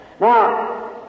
Now